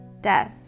death